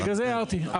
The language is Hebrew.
בגלל זה הערתי.